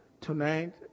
Tonight